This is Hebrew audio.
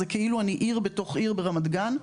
זה כאילו אני עיר בתוך עיר ברמת גן.